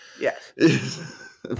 Yes